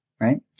right